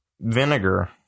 vinegar